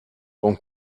con